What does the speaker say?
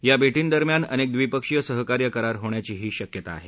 या भेटींदरम्यान अनेक द्विपक्षीय सहकार्य करार होण्याचीही शक्यता आहे